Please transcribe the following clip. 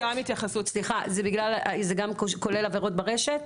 זה גם כולל עבירות ברשת?